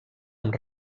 amb